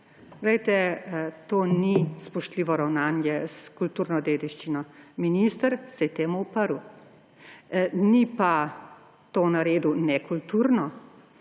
to ni spoštljivo ravnanje s kulturno dediščino. Minister se je temu uprl. Ni pa to naredil nekulturno,